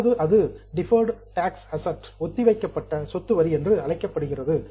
அப்போது அது deferred tax asset ஒத்திவைக்கப்பட்ட சொத்து வரி என்று அழைக்கப்படுகிறது